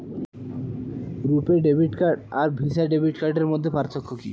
রূপে debit card আর Visa debit কার্ডের মধ্যে পার্থক্য কি?